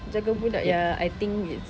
jaga budak ya I think it's